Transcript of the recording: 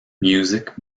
music